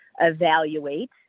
evaluate